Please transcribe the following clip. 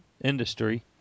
industry